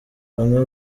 bamwe